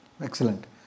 Excellent